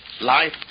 Life